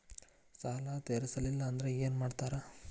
ಸಾಲ ತೇರಿಸಲಿಲ್ಲ ಅಂದ್ರೆ ಏನು ಮಾಡ್ತಾರಾ?